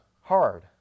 hard